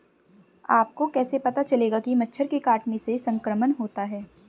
आपको कैसे पता चलेगा कि मच्छर के काटने से संक्रमण होता है?